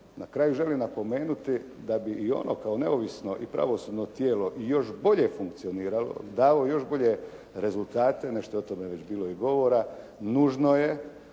Na kraju želim napomenuti da bi i ono kao neovisno i pravosudno tijelo i još bolje funkcioniralo, dalo još bolje rezultate nego što je o tome već bilo i govora. Nužno je